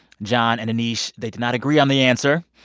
john and aneesh, they did not agree on the answer,